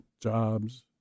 jobs—